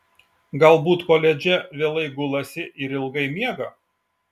galbūt koledže vėlai gulasi ir ilgai miega